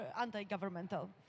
anti-governmental